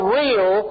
real